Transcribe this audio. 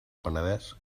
penedès